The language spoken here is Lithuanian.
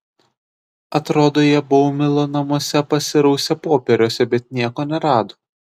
atrodo jie baumilo namuose pasirausė popieriuose bet nieko nerado